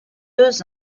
deux